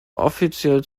offiziell